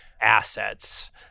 assets